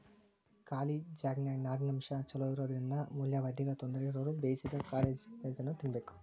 ಕ್ಯಾಬಿಜ್ನಾನ್ಯಾಗ ನಾರಿನಂಶ ಚೋಲೊಇರೋದ್ರಿಂದ ಮೂಲವ್ಯಾಧಿಗಳ ತೊಂದರೆ ಇರೋರು ಬೇಯಿಸಿದ ಕ್ಯಾಬೇಜನ್ನ ತಿನ್ಬೇಕು